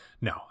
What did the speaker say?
No